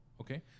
Okay